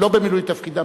לא במילוי תפקידם,